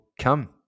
come